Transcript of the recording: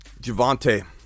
Javante